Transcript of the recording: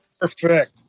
Perfect